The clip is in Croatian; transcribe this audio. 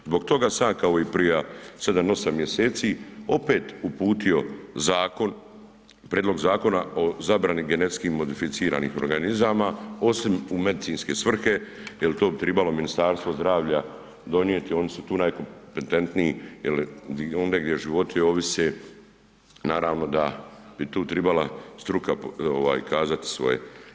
Zbog toga sam ja kao i prije 7, 8 mjeseci opet uputio zakon, Prijedlog zakona o zabrani genetski modificiranih organizama, osim u medicinske svrhe, jer to bi trebalo Ministarstvo zdravlja donijeti, oni su tu najkompetentniji jer ondje gdje životi ovise naravno da bi tu trebala struka kazati svoje.